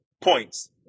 points